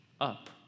up